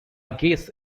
guess